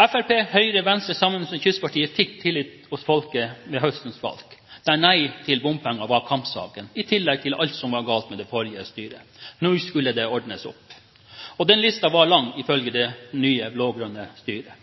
Fremskrittspartiet, Høyre og Venstre fikk sammen med Kystpartiet tillit hos folket ved høstens valg, der nei til bompenger var kampsaken, i tillegg til alt som var galt med det forrige styret. Nå skulle det ordnes opp, og den listen var lang, ifølge det nye blå-grønne styret.